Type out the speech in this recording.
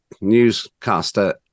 newscaster